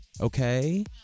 Okay